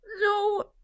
No